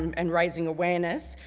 and raising awareness,